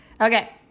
Okay